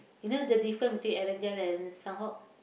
you know the different between Erangel and Sanhok